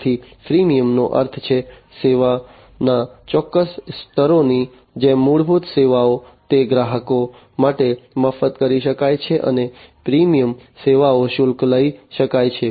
તેથી ફ્રીમિયમનો અર્થ છે સેવાના ચોક્કસ સ્તરોની જેમ મૂળભૂત સેવાઓ તે ગ્રાહકો માટે મફત કરી શકાય છે અને પ્રીમિયમ સેવાઓનો શુલ્ક લઈ શકાય છે